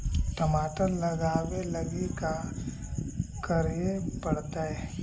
टमाटर लगावे लगी का का करये पड़तै?